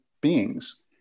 beings